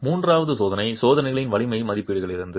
மூன்றாவது சோதனை சோதனைகளின் வலிமை மதிப்பீடுகளிலிருந்து